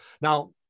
Now